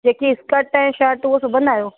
जेके स्कर्ट ऐं शर्ट उहो सिबंदा आहियो